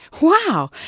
Wow